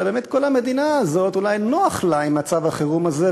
אלא באמת אולי כל המדינה הזאת נוח לה עם מצב החירום הזה,